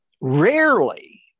rarely